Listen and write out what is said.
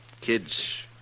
Kids